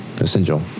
Essential